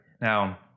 Now